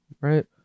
right